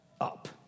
up